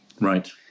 Right